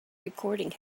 recording